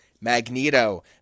magneto